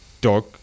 dog